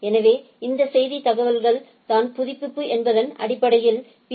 எனவே இந்த செய்தி தகவல் தான் புதுப்பிப்பு என்பதன் அடிப்படையில் பி